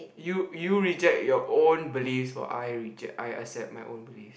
you you reject your own beliefs while I reject I I set my own belief